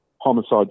homicide